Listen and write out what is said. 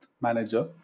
manager